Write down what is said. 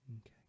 okay